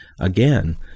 Again